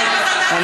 אינטרסים?